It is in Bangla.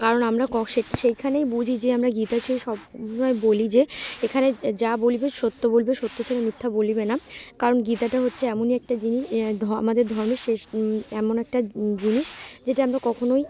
কারণ আমরা ক সে সেইখানেই বুঝি যে আমরা গীতা ছেয়ে সবয় বলি যে এখানে যা বলিবে সত্য বলবে সত্য ছেড় মিথ্যা বলিবে না কারণ গীতাটা হচ্ছে এমনই একটা জিনিস আমাদের ধর্মের শেষ এমন একটা জিনিস যেটা আমরা কখনোই